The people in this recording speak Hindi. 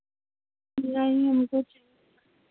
नहीं हमको